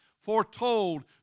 foretold